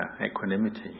equanimity